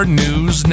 news